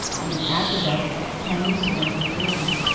and an aqueduct at canusium in italy,